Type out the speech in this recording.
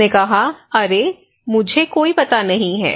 उसने कहा अरे मुझे कोई पता नहीं है